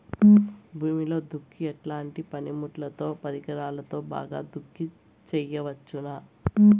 భూమిలో దుక్కి ఎట్లాంటి పనిముట్లుతో, పరికరాలతో బాగా దుక్కి చేయవచ్చున?